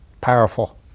Powerful